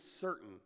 certain